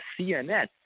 CNN